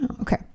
Okay